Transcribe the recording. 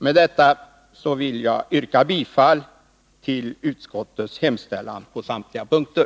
Med detta vill jag yrka bifall till utskottets hemställan på samtliga punkter.